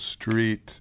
street